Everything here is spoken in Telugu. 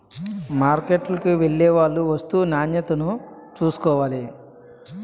మార్కెట్కు వెళ్లేవాళ్లు వస్తూ నాణ్యతను చూసుకోవాలి